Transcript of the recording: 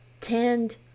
tend